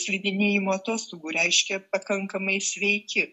slidinėjimo atostogų reiškia pakankamai sveiki